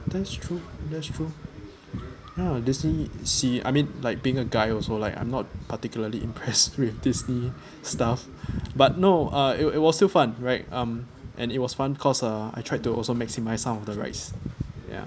that's true that's true uh disneysea I mean like being a guy also like I'm not particularly impressed with disney stuff but no uh it wa~ it was still fun right um and it was fun cause uh I tried to also maximise some of the rides ya